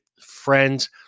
friends